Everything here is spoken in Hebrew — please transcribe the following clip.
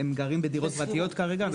הם גרים בדירות פרטיות כרגע?